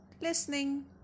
listening